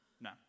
no